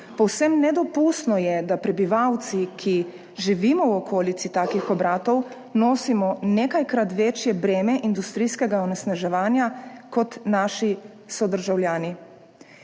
Povsem nedopustno je, da prebivalci, ki živimo v okolici takih obratov, nosimo nekajkrat večje breme industrijskega onesnaževanja kot naši sodržavljani.